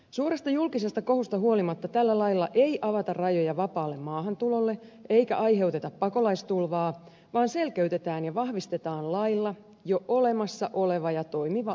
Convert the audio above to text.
suuresta julkisesta kohusta huolimatta tällä lailla ei avata rajoja vapaalle maahantulolle eikä aiheuteta pakolaistulvaa vaan selkeytetään ja vahvistetaan lailla jo olemassa oleva ja toimiva oikeuskäytäntö